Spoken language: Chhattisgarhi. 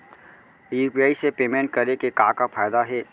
यू.पी.आई से पेमेंट करे के का का फायदा हे?